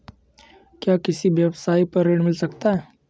क्या किसी व्यवसाय पर ऋण मिल सकता है?